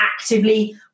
actively